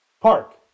Park